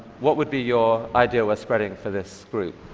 what would be your idea worth spreading for this group?